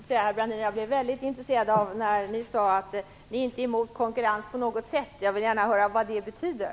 Herr talman! Jag blev väldigt intresserad när Claes-Göran Brandin sade att man inte på något sätt är emot konkurrens. Jag vill gärna höra vad det betyder.